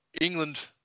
England